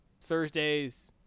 Thursdays